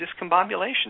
discombobulation